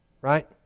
Right